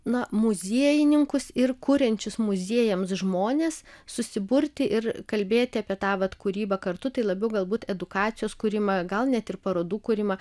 na muziejininkus ir kuriančius muziejams žmones susiburti ir kalbėti apie tą vat kūrybą kartu tai labiau galbūt edukacijos kūrimą gal net ir parodų kūrimą